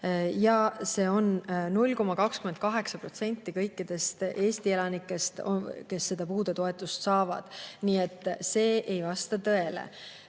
See on 0,28% kõikidest elanikest, kes Eestis puudetoetust saavad. Nii et see ei vasta tõele.